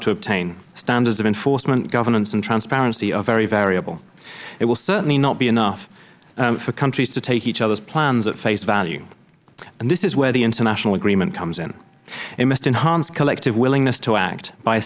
to obtain standards of enforcement governance and transparency are very variable it will certainly not be enough for countries to take each other's plans at face value this is where the international agreement comes in it must enhance collective willingness to act by